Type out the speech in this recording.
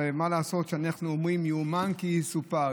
ומה לעשות שאנחנו אומרים "יאומן כי יסופר"?